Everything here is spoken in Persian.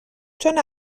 چون